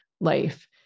life